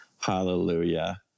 hallelujah